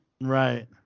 Right